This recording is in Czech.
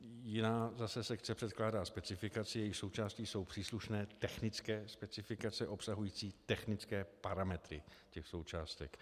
Jiná sekce předkládá specifikaci, jejíž součásti jsou příslušné technické specifikace obsahující technické parametry těch součástek.